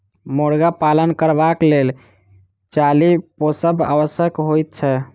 मुर्गा पालन करबाक लेल चाली पोसब आवश्यक होइत छै